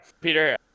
Peter